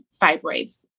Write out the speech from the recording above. fibroids